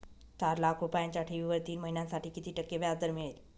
चार लाख रुपयांच्या ठेवीवर तीन महिन्यांसाठी किती टक्के व्याजदर मिळेल?